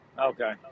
Okay